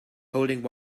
holding